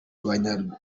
banyamuryango